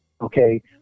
Okay